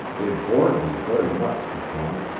it bored me very much to come.